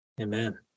Amen